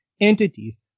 entities